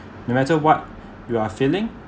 no matter what you are feeling